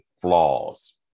flaws